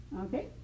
okay